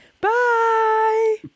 Bye